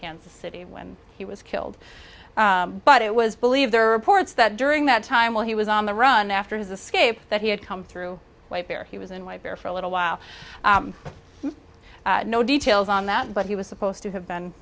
kansas city when he was killed but it was believed there are reports that during that time while he was on the run after his escape that he had come through he was in white there for a little while no details on that but he was supposed to have been